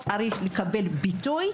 צריך לתת ביטוי,